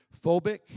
phobic